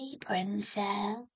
princess